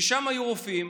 ששם היו רופאים,